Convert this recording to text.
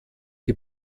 die